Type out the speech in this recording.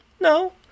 no